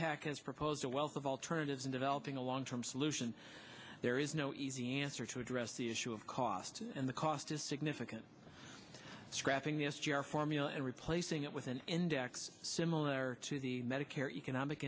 has proposed a wealth of alternatives in developing a long term solution there is no easy answer to address the issue of cost and the cost is significant scrapping the s g r formula and replacing it with an index similar to the medicare economic